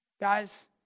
Guys